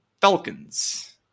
Falcons